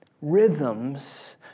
rhythms